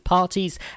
Parties